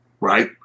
Right